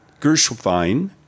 Gershwin